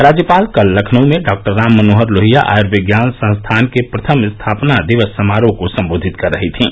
राज्यपाल कल लखनऊ में डॉक्टर राममनोहर लोहिया आयर्विज्ञान संस्थान के प्रथम स्थापना दिवस समारोह को सम्बोधित कर रही थीं